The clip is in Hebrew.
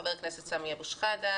חבר הכנסת סמי אבו שחאדה,